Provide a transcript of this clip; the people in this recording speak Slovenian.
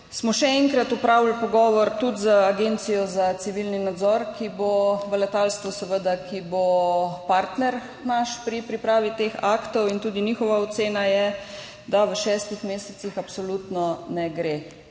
smo še enkrat opravili pogovor tudi z agencijo za civilni nadzor v letalstvu, ki bo naš partner pri pripravi teh aktov, in tudi njihova ocena je, da v šestih mesecih absolutno ne gre.